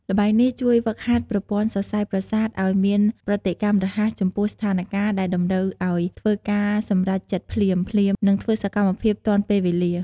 ល្បែងនេះជួយហ្វឹកហាត់ប្រព័ន្ធសរសៃប្រសាទឲ្យមានប្រតិកម្មរហ័សចំពោះស្ថានការណ៍ដែលតម្រូវឲ្យធ្វើការសម្រេចចិត្តភ្លាមៗ និងធ្វើសកម្មភាពទាន់ពេលវេលា។